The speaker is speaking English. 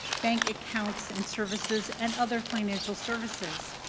bank accounts and services, and other financial services.